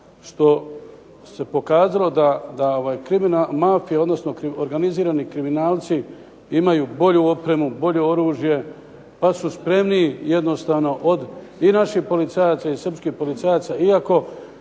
što se pokazalo da mafija, odnosno organizirani kriminalci imaju bolju opremu, bolje oružje, pa su spremniji jednostavno od i naših policajaca i srpskih policajaca